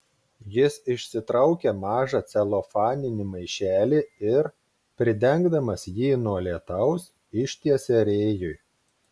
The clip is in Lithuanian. jis išsitraukė mažą celofaninį maišelį ir pridengdamas jį nuo lietaus ištiesė rėjui